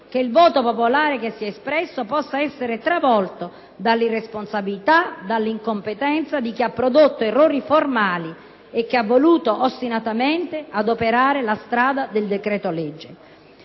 che il voto popolare che si è espresso possa essere travolto dall'irresponsabilità e dall'incompetenza di chi ha prodotto errori formali e che ha voluto ostinatamente adoperare la strada del decreto-legge.